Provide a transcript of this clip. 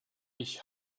ich